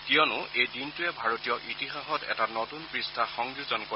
কিয়নো এই দিনটোৱে ভাৰতীয় ইতিহাসত এটা নতুন পৃষ্ঠা সংযোজন কৰিব